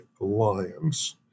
alliance